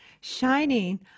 shining